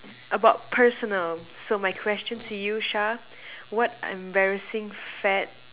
about personal so my question to you Shah what embarrassing fad